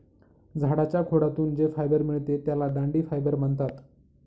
झाडाच्या खोडातून जे फायबर मिळते त्याला दांडी फायबर म्हणतात